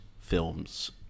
films